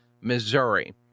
Missouri